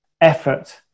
effort